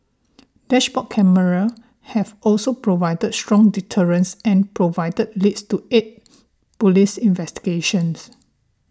dashboard cameras have also provided strong deterrence and provided leads to aid police investigations